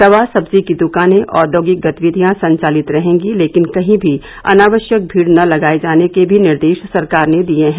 दवा सब्जी की दुकाने औद्योगिक गतिविधियां संचालित रहेंगी लेकिन कही भी अनावश्यक भीड़ न लगाये जाने के भी निर्देश सरकार ने दिये हैं